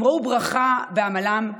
הם ראו ברכה בעמלם,